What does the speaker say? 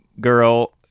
girl